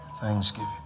thanksgiving